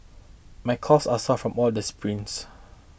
my calves are sore from all this sprints